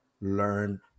learn